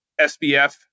SBF